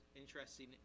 interesting